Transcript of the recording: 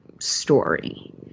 story